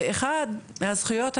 ואחד מהזכויות הבסיסיות,